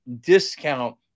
discount